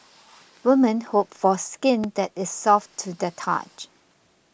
women hope for skin that is soft to the touch